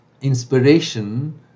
inspiration